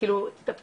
זה פשוט מדכא.